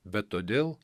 bet todėl